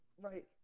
Right